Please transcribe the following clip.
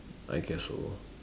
I guess so